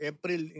April